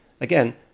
Again